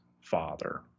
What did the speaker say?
father